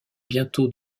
bientôt